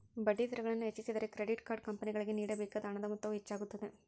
ಬಡ್ಡಿದರಗಳನ್ನು ಹೆಚ್ಚಿಸಿದರೆ, credit card ಕಂಪನಿಗಳಿಗೆ ನೇಡಬೇಕಾದ ಹಣದ ಮೊತ್ತವು ಹೆಚ್ಚಾಗುತ್ತದೆ